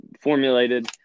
formulated